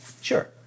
Sure